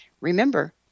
Remember